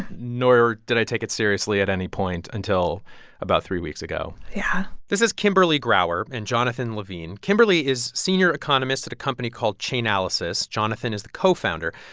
nor did i take it seriously at any point until about three weeks ago yeah this is kimberly grauer and jonathan levin. kimberly is senior economist at a company called chainalysis. jonathan is the co-founder.